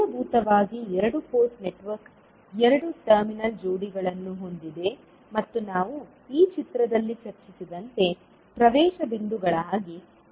ಮೂಲಭೂತವಾಗಿ ಎರಡು port network ಎರಡು ಟರ್ಮಿನಲ್ ಜೋಡಿಗಳನ್ನು ಹೊಂದಿದೆ ಮತ್ತು ನಾವು ಈ ಚಿತ್ರದಲ್ಲಿ ಚರ್ಚಿಸಿದಂತೆ ಪ್ರವೇಶ ಬಿಂದುಗಳಾಗಿ ಕಾರ್ಯನಿರ್ವಹಿಸುತ್ತವೆ